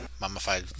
mummified